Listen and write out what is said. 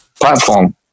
platform